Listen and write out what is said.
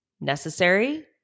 necessary